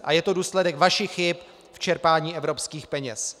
A je to důsledek vašich chyb v čerpání evropských peněz.